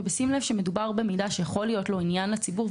ובשים לב שמדובר במידע שיכול להיות לו עניין לציבור,